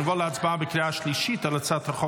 נעבור להצבעה בקריאה שלישית על הצעת חוק